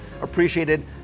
appreciated